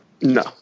No